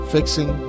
fixing